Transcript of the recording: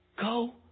Go